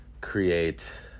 create